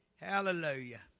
Hallelujah